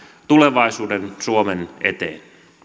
tulevaisuuden suomen eteen